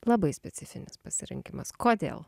labai specifinis pasirinkimas kodėl